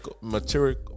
material